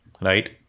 right